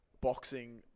boxing